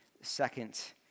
second